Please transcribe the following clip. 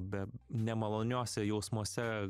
be nemaloniose jausmuose